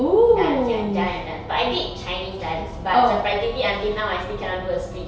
dance ya join and dance but I did chinese dance but surprisingly until now I still cannot do a split